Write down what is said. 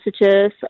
messages